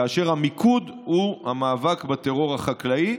כאשר המיקוד הוא המאבק בטרור החקלאי.